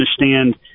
understand